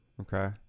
okay